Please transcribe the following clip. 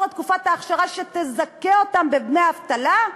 את תקופת האכשרה שתזכה אותם בדמי אבטלה,